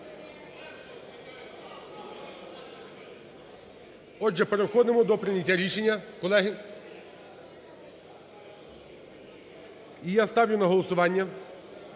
Отже, переходимо до прийняття рішення, колеги. І я ставлю на голосування.